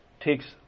takes